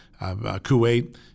Kuwait